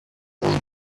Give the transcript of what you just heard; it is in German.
einen